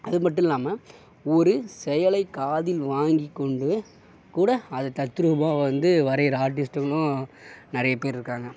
அது மட்டும் இல்லாமல் ஒரு செயலை காதில் வாங்கிக்கொண்டு கூட அதை தத்ரூப வந்து வரைகிற ஆர்டிஸ்டுகளும் நிறைய பேர் இருக்காங்க